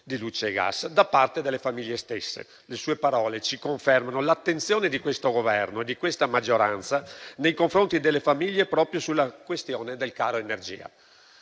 di luce e gas da parte delle famiglie stesse. Le parole del Ministro ci confermano l'attenzione di questo Governo e di questa maggioranza nei confronti delle famiglie proprio sulla questione del caro energia.